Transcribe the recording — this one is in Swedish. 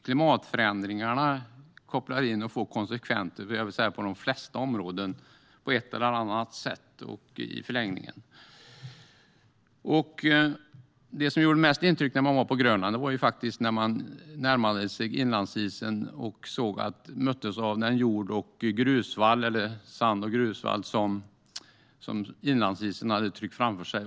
Klimatförändringarna får i förlängningen konsekvenser på de flesta områden på ett eller annat sätt. Det som gjorde mest intryck på Grönland var när vi närmade oss inlandsisen och möttes av den sand och grusvall som inlandsisen hade tryckt framför sig.